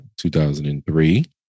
2003